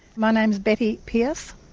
my name's betty pearce